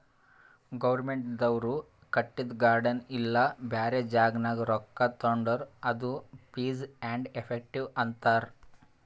ಗೌರ್ಮೆಂಟ್ದವ್ರು ಕಟ್ಟಿದು ಗಾರ್ಡನ್ ಇಲ್ಲಾ ಬ್ಯಾರೆ ಜಾಗನಾಗ್ ರೊಕ್ಕಾ ತೊಂಡುರ್ ಅದು ಫೀಸ್ ಆ್ಯಂಡ್ ಎಫೆಕ್ಟಿವ್ ಅಂತಾರ್